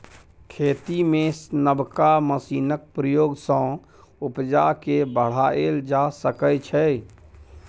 खेती मे नबका मशीनक प्रयोग सँ उपजा केँ बढ़ाएल जा सकै छै